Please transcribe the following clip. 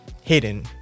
hidden